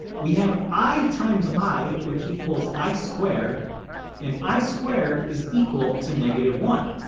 we have i times i which equals i squared and i squared is equal to negative one.